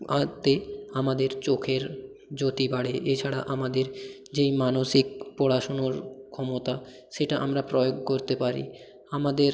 আমাদের চোখের জ্যোতি বাড়ে এছাড়া আমাদের যেই মানুষিক পড়াশুনোর ক্ষমতা সেটা আমরা প্রয়োগ করতে পারি আমাদের